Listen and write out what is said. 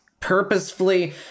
purposefully